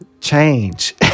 change